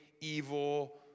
evil